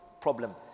problem